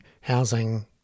housing